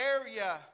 area